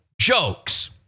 jokes